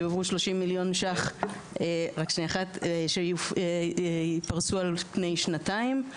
שיעברו 30 מיליון שקלים שיתפרסו על פני שנתיים.